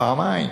פעמיים.